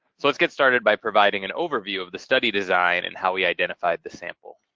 so let's get started by providing an overview of the study design and how we identified the sample.